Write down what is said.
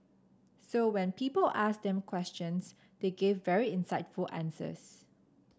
so when people asked them questions they gave very insightful answers